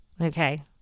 okay